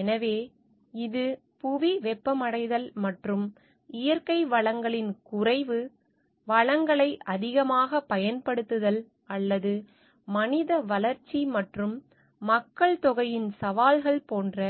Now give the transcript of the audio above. எனவே இது புவி வெப்பமடைதல் மற்றும் இயற்கை வளங்களின் குறைவு வளங்களை அதிகமாகப் பயன்படுத்துதல் அல்லது மனித வளர்ச்சி மற்றும் மக்கள்தொகையின் சவால்கள் போன்ற